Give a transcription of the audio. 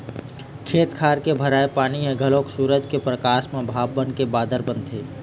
खेत खार के भराए पानी ह घलोक सूरज के परकास म भाप बनके बादर बनथे